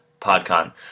PodCon